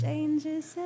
Changes